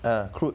accrued